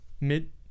mid